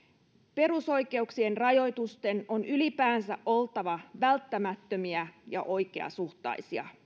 perusoikeuksien rajoitusten on ylipäänsä oltava välttämättömiä ja oikeasuhtaisia